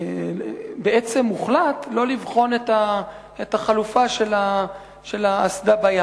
בעצם הוחלט שלא לבחון את החלופה של האסדה בים.